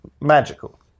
magical